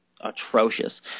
atrocious